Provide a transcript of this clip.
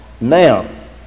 Now